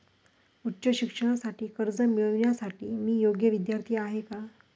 उच्च शिक्षणासाठी कर्ज मिळविण्यासाठी मी योग्य विद्यार्थी आहे का?